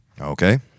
Okay